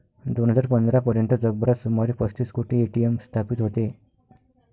दोन हजार पंधरा पर्यंत जगभरात सुमारे पस्तीस कोटी ए.टी.एम स्थापित होते